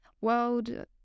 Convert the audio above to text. world